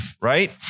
right